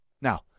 Now